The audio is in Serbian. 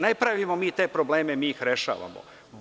Ne pravimo mi te probleme, mi ih rešavamo.